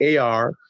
AR